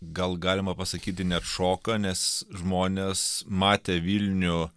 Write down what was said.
gal galima pasakyti net šoką nes žmonės matė vilnių